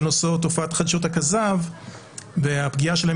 של תופעת חדשות הכזב והפגיעה שלהן